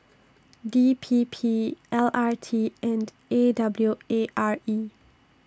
D P P L R T and A W A R E